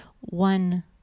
one